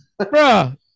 bruh